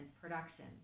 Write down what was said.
production